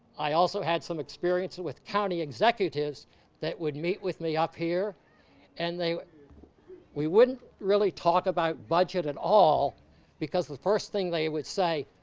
i also had some experience with county executives that would meet with me up here and we wouldn't really talk about budget at all because the first thing they would say,